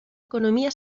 economía